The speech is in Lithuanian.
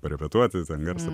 parepetuoti ten garsą